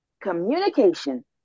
Communication